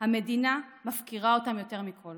כשהמדינה מפקירה אותם יותר מכול